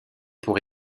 pour